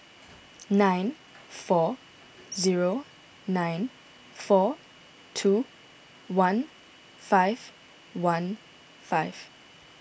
nine four zero nine four two one five one five